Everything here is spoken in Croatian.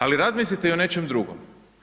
Ali razmislite i o nečem drugom.